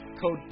Code